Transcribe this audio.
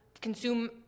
consume